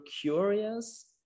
curious